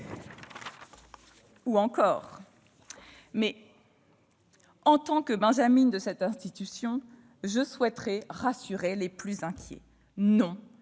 en témoignent. En tant que benjamine de cette institution, je souhaiterais rassurer les plus inquiets : non,